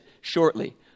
shortly